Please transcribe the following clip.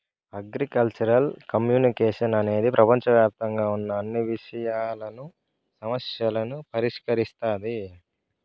agricultural communication అనేది ప్రపంచవ్యాప్తంగా ఉన్న అన్ని విషయాలను, సమస్యలను పరిష్కరిస్తాది